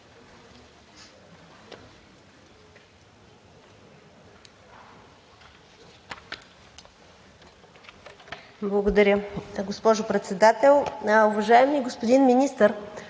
Благодаря, госпожо Председател. Уважаеми господин Министър,